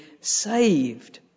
saved